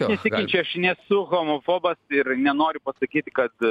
nesiginčyju aš nesu homofobas ir nenoriu pasakyti kad